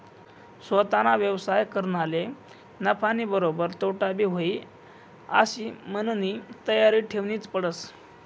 सोताना व्यवसाय करनारले नफानीबरोबर तोटाबी व्हयी आशी मननी तयारी ठेवनीच पडस